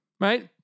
right